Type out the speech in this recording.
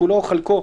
כולו או חלקו,